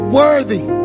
worthy